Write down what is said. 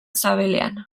sabelean